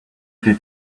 did